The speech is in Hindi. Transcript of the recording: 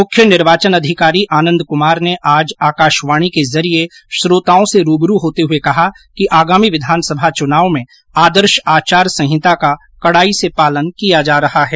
मुख्य निर्वाचन अधिकारी आनंद कुमार ने आज आकाशवाणी के जरिये श्रोताओं से रूबरू होते हुए कहा कि आगामी विधानसभा चुनाव में आदर्श आचार संहिता का कडाई से पालन किया जा रहा है